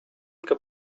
que